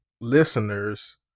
listeners